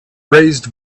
raised